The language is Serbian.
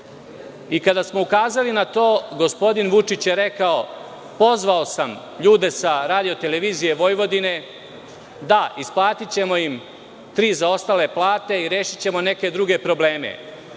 Kada smo ukazali na to, gospodin Vučić je rekao – pozvao sam ljude sa RT Vojvodine, da, isplatićemo im tri zaostale plate, i rešićemo neke druge probleme. Nije